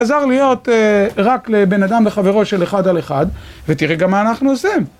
עזר להיות רק לבן אדם וחברו של אחד על אחד, ותראה גם מה אנחנו עושים.